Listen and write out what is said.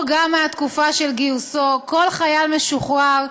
או גם מהתקופה של גיוסו, כל חייל משוחרר,